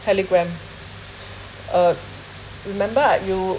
Telegram uh remember ah you